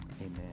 amen